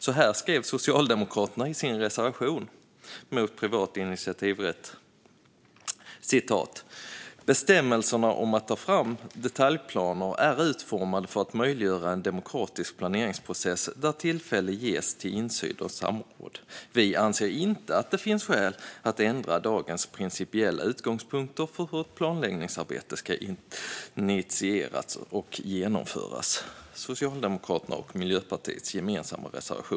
Så här skrev Socialdemokraterna och Miljöpartiet i sin gemensamma reservation nummer 7 mot privat initiativrätt: "Bestämmelserna om att ta fram detaljplaner är utformade för att möjliggöra en demokratisk planeringsprocess där tillfälle ges till insyn och samråd. Vi anser inte att det finns skäl att ändra dagens principiella utgångspunkter för hur ett planläggningsarbete ska initieras och genomföras."